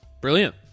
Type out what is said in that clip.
Brilliant